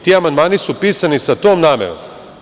Ti amandmani su pisani sa tom namerom.